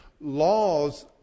Laws